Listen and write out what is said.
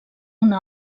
una